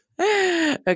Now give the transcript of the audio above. Okay